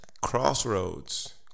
Crossroads